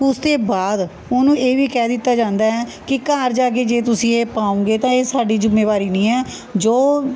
ਉਸ ਤੇ ਬਾਅਦ ਉਹਨੂੰ ਇਹ ਵੀ ਕਹਿ ਦਿੱਤਾ ਜਾਂਦਾ ਹੈ ਕਿ ਘਰ ਜਾ ਕੇ ਜੇ ਤੁਸੀਂ ਇਹ ਪਾਉਂਗੇ ਤਾਂ ਇਹ ਸਾਡੀ ਜੁੰਮੇਵਾਰੀ ਨਹੀਂ ਹੈ ਜੋ